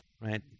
Right